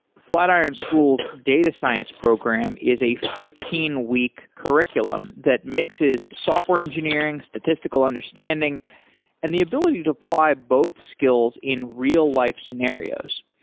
flatiron school's data science program is a fifteen week curriculum that mixes software engineering, statistical understanding and the ability to apply both skills in real-life scenarios.